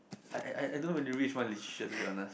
I I I I don't really to be honest